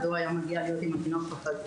והוא היה מגיע להיות עם התינוק בפגייה.